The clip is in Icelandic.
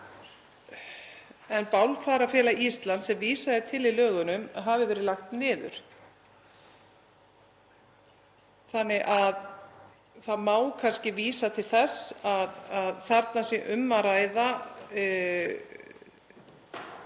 að Bálfararfélag Íslands, sem vísað er til í lögunum, hafi verið lagt niður. Þannig að það má kannski vísa til þess að þarna sé um að ræða